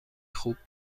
خوب